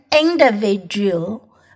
individual